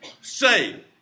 say